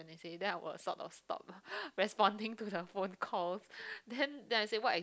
then say I will sort of stop responding to the phone calls then then I say what is